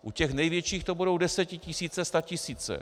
U těch největších to budou desetitisíce, statisíce.